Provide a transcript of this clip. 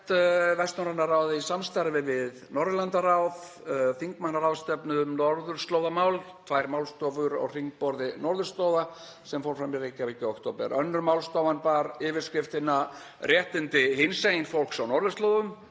Þá hélt Vestnorræna ráðið í samstarfi við Norðurlandaráð þingmannaráðstefnu um norðurslóðamál og tvær málstofur á Hringborði norðurslóða sem fór fram í Reykjavík í október. Önnur málstofan bar yfirskriftina „réttindi hinsegin fólks á norðurslóðum“.